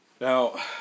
Now